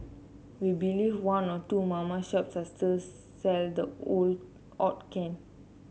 we believe one or two mama shops here sell the odd can